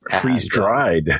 Freeze-dried